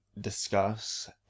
discuss